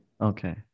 okay